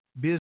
business